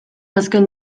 azken